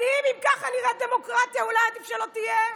מדהים, אם כך נראית דמוקרטיה, אולי עדיף שלא תהיה?